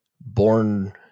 born –